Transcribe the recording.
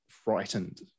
frightened